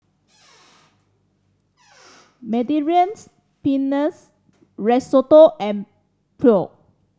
Mediterranean Pennes Risotto and Pho